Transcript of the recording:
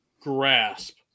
grasp